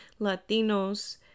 Latinos